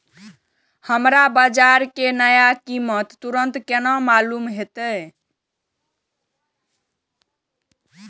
हमरा बाजार के नया कीमत तुरंत केना मालूम होते?